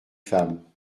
femme